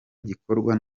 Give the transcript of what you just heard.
gikorwa